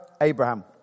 Abraham